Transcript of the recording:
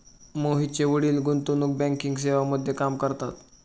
मोहितचे वडील गुंतवणूक बँकिंग सेवांसाठी काम करतात